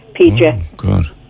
PJ